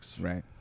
Right